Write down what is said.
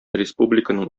республиканың